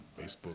Facebook